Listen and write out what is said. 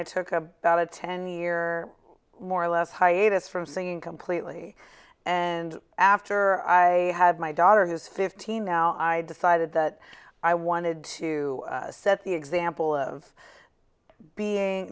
i took about a ten year more or less hiatus from singing completely and after i had my daughter who's fifteen now i decided that i wanted to set the example of being